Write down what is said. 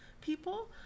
people